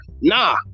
nah